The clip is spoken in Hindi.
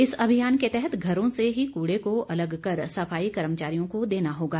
इस अभियान के तहत घरों से ही कूड़े को अलग कर सफाई कर्मचारियों को देना होगा